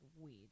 weed